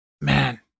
man